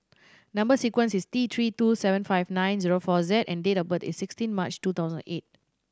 number sequence is T Three two seven five nine zero four Z and date of birth is sixteen March two thousand eight